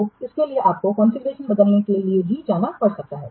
तो इसके लिए आपको कॉन्फ़िगरेशन बदलने के लिए भी जाना पड़ सकता है